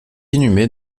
inhumé